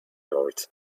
cart